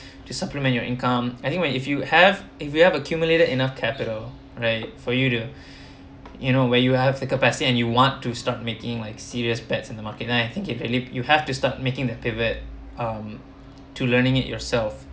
to supplement your income I think when if you have if you have accumulated enough capital right for you to you know where you have the capacity and you want to start making like serious bets in the market and I think the valid you have to start making that pivot um to learning it yourself